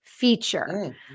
feature